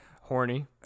Horny